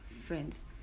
friends